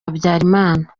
habyarimana